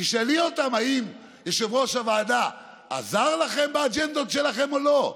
תשאלי אותם: האם יושב-ראש הוועדה עזר לכם באג'נדות שלכם או לא?